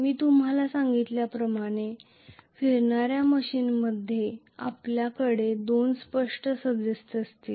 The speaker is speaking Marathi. मी तुम्हाला सांगितल्याप्रमाणे फिरणाऱ्या मशीनमध्ये आपल्याकडे दोन स्पष्ट सदस्य असतील